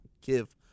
give